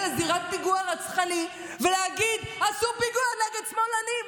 לזירת אירוע רצחני ולהגיד: עשו פיגוע נגד שמאלנים.